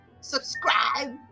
subscribe